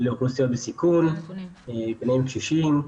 לאוכלוסיות בסיכון, ביניהם קשישים,